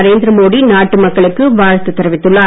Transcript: நரேந்திர மோடி நாட்டு மக்களுக்கு வாழ்த்து தெரிவித்துள்ளார்